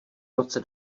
roce